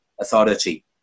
authority